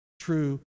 true